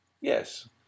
Yes